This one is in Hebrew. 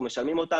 אנחנו משלמים אותם,